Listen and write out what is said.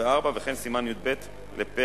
ו-(4), וכן סימן י"ב לפרק